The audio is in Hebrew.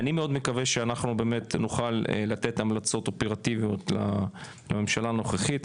אני מאוד מקווה שאנחנו באמת נוכל לתת המלצות אופרטיביות לממשלה הנוכחית,